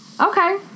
Okay